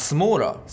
Smaller